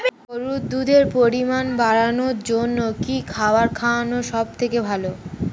গরুর দুধের পরিমাণ বাড়ানোর জন্য কি খাবার খাওয়ানো সবথেকে ভালো?